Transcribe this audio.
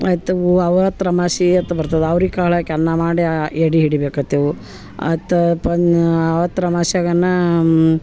ಮತ್ತು ಓ ಅವತ್ರ್ ಅಮಾಸಿ ಅಂತ ಬರ್ತದೆ ಅವ್ರೆ ಕಾಳು ಹಾಕಿ ಅನ್ನ ಮಾಡಿ ಎದೆ ಹಿಡಿಬೇಕತ್ತೆವು ಅತ್ತ ಅವ್ರತ್ ಅಮಾಸಿಯಾಗನಾ